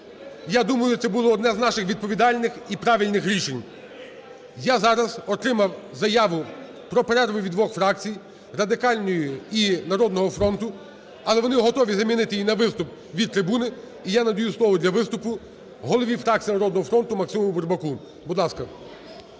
Я думаю, це було одне з наших відповідальних і правильних рішень. Я зараз отримав заяву про перерву від двох фракцій – Радикальної і "Народного фронту", але вони готові замінити її на виступ від трибуни. І я надаю слово для виступу голові фракції "Народного фронту" Максиму Бурбаку. Фракція